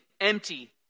empty